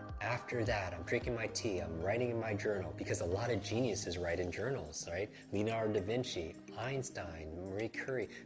after that, i'm drinking my tea, i'm writing in my journal, because a lot of geniuses write in journals, right? leonardo da vinci, einstein, marie curie.